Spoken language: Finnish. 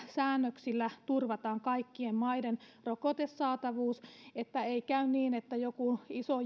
säännöksillä turvataan kaikkien maiden rokotesaatavuus että ei käy niin että joku iso